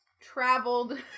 traveled